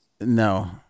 No